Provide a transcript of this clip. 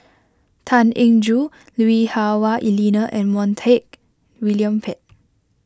Tan Eng Joo Lui Hah Wah Elena and Montak William Pett